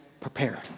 prepared